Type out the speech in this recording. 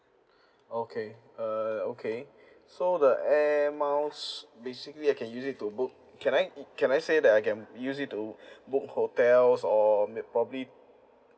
okay uh okay so the air miles basically I can use it to book can I can I say that I can use it to book hotels or maybe probably